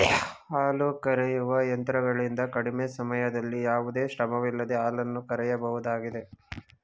ಹಾಲು ಕರೆಯುವ ಯಂತ್ರಗಳಿಂದ ಕಡಿಮೆ ಸಮಯದಲ್ಲಿ ಯಾವುದೇ ಶ್ರಮವಿಲ್ಲದೆ ಹಾಲನ್ನು ಕರೆಯಬಹುದಾಗಿದೆ